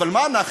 אבל מה אנחנו,